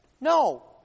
No